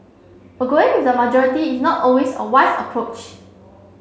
a going with the majority is not always a wise approach